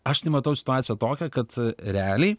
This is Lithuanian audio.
aš tai matau situaciją tokią kad realiai